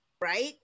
right